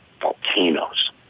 volcanoes